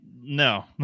no